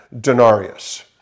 denarius